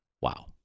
Wow